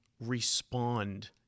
respond